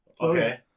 okay